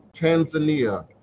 Tanzania